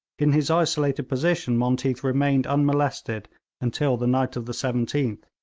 in his isolated position monteath remained unmolested until the night of the seventeenth,